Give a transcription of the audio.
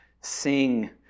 sing